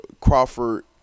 Crawford